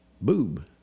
Boob